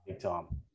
Tom